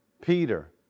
Peter